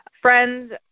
Friends